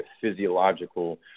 physiological